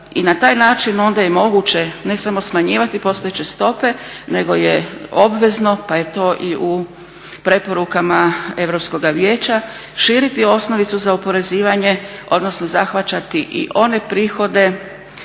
I na taj način onda je moguće ne samo smanjivati postojeće stope nego je obvezno pa je to i u preporukama Europskoga vijeća širiti osnovicu za oporezivanje odnosno zahvaćati i one prihode